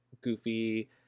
goofy